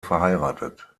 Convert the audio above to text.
verheiratet